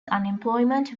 unemployment